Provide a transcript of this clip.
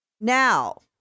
Now